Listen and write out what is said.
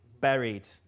buried